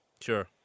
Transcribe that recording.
sure